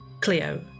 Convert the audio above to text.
Cleo